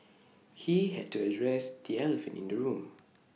he had to address the elephant in the room